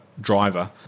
driver